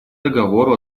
договору